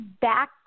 back